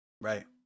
right